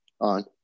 on